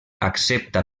accepta